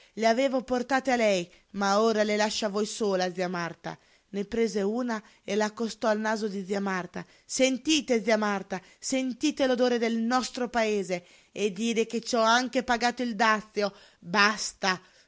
le avevo portate a lei ma ora le lascio a voi sola zia marta ne prese una e la accostò al naso di zia marta sentite zia marta sentite l'odore del nostro paese e dire che ci ho anche pagato il dazio basta